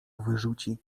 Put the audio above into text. wyrzuci